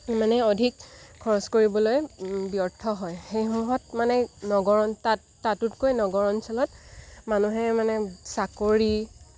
মানে অধিক খৰচ কৰিবলৈ ব্যৰ্থ হয় সেইসমূহত মানে নগৰত তাত তাতোতকৈ নগৰ অঞ্চলত মানুহে মানে চাকৰি